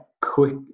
quick